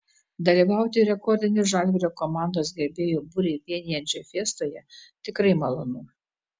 dalyvauti rekordinį žalgirio komandos gerbėjų būrį vienijančioje fiestoje tikrai malonu